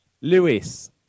Lewis